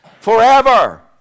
forever